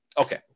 Okay